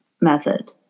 method